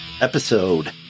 episode